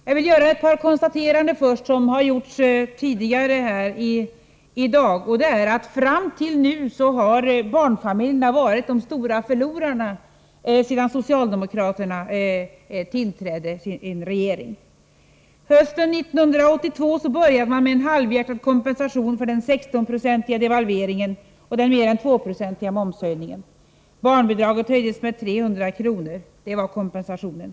Jag vill först göra några konstateranden som gjorts här tidigare i dag, och det är att sedan den socialdemokratiska regeringen tillträdde har barnfamiljerna varit de stora förlorarna. Hösten 1982 började man med en halvhjärtad kompensation för den 16-procentiga devalveringen och den mer än 2 procentiga momshöjningen. Barnbidraget höjdes med 300 kr. Det var kompensationen.